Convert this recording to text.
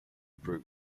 brute